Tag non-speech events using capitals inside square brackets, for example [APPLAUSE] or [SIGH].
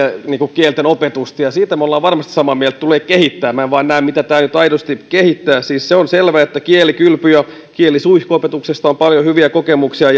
kielten opetusta ja siitä me olemme varmasti samaa mieltä että tulee kehittää minä en vaan näe mitä te aiotte aidosti kehittää siis se on selvä että kielikylpy ja kielisuihkuopetuksesta on paljon hyviä kokemuksia [UNINTELLIGIBLE]